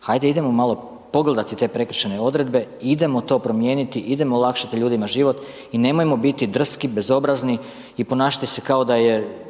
Hajde idemo malo pogledati te prekršajne odredbe, idemo to primijeniti, idemo olakšati ljudima život i nemojmo biti drski i bezobrazni i ponašati se kao da je